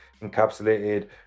encapsulated